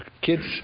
kids